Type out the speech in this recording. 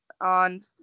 on